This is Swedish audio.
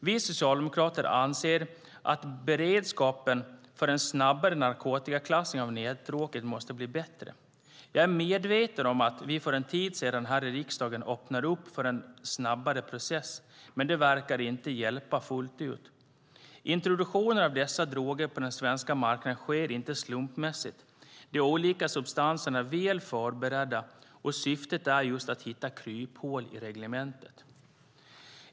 Vi socialdemokrater anser att beredskapen för en snabbare narkotikaklassning av nätdroger måste bli bättre. Jag är medveten om att vi för en tid sedan här i riksdagen öppnade upp för en snabbare process, men det verkar inte hjälpa fullt ut. Introduktionen av dessa droger på den svenska marknaden sker inte slumpmässigt, utan de olika substanserna är väl förberedda och syftet är just att hitta kryphål i reglementet.